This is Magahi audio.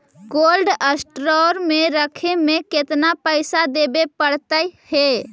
कोल्ड स्टोर में रखे में केतना पैसा देवे पड़तै है?